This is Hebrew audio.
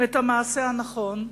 את המעשה הנכון,